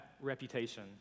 reputation